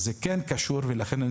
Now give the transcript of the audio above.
לכן,